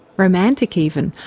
romantic even,